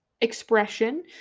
expression